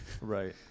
Right